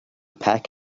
pack